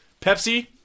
Pepsi